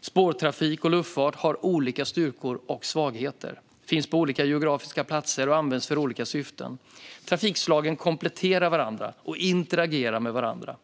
spårtrafik och luftfart - har olika styrkor och svagheter, finns på olika geografiska platser och används för olika syften. Trafikslagen kompletterar varandra och interagerar med varandra.